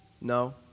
No